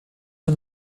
you